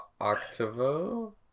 Octavo